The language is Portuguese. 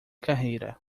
carreira